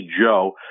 Joe